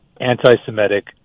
anti-Semitic